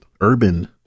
urban